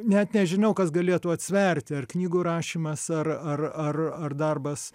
net nežinau kas galėtų atsverti ar knygų rašymas ar ar ar ar darbas